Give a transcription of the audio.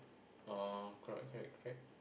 oh correct correct correct